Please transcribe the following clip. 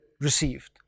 received